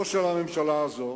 לא של הממשלה הזאת,